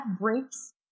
breaks